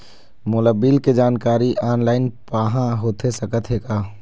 मोला बिल के जानकारी ऑनलाइन पाहां होथे सकत हे का?